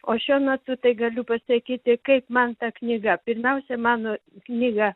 o šiuo metu tai galiu pasakyti kaip man ta knyga pirmiausia mano knyga